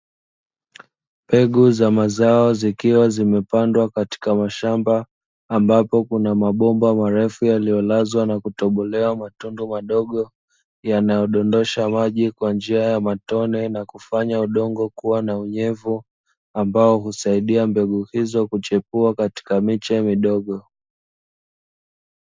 Mbegu za mazao zikiwa zimepandwa katika mashamba, ambapo kuna mabomba marefu yaliyolazwa na kutobolewa matundu madogo, yanayodondosha maji kwa njia ya matone na kufanya udongo kuwa na unyevu, ambao husaidia mbegu hizo kuchipua katika miche midogo.